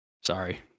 sorry